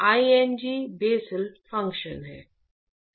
Ing Bessel function हैं